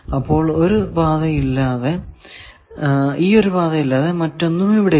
അപ്പോൾ ഈ ഒരു പാതയല്ലാതെ മറ്റൊന്നും ഇവിടില്ല